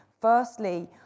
firstly